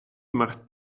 macht